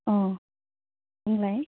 अ बुंलाय